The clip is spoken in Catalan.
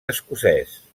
escocès